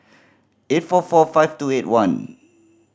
eight four four five two eight one